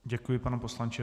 Děkuji, pane poslanče.